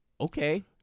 okay